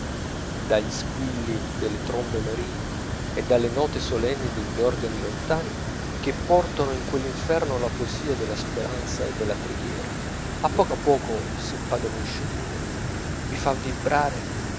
dagli squilli delle trombe marine e dalle note solenni degli organi lontani che portano in quell'inferno la poesia della speranza e della preghiera a poco a poco s'impadronisce di voi vi fa vibrare